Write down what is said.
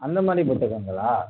அந்த மாதிரி புத்தகங்களா